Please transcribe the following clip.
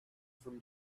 from